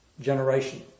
generation